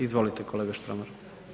Izvolite kolega Štromar.